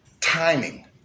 timing